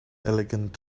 elegant